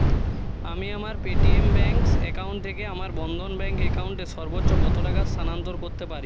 আমি আমার Paytm banks account থেকে আমার বন্ধন ব্যাংক অ্যাকাউন্টে সর্বোচ্চ কত টাকা স্থানান্তর করতে পারি